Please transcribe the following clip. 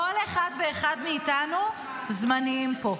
כל אחד ואחד מאיתנו זמני פה.